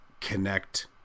connect